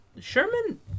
Sherman